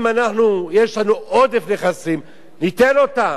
אם יש לנו עודף נכסים, ניתן אותם,